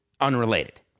unrelated